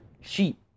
sheep